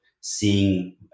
seeing